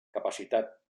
capacitat